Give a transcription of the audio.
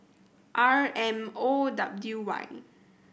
R M O W Y